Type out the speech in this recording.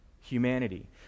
humanity